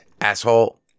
asshole